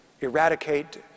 eradicate